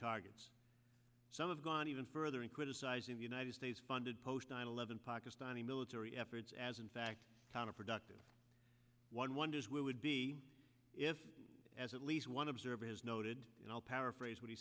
targets some of gone even further in criticizing the united states funded post nine eleven pakistani military efforts as in fact counterproductive one wonders where would be if as at least one observer has noted and i'll paraphrase what he